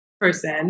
person